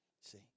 see